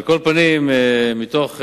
על כל פנים, מתוך,